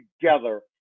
together